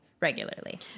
regularly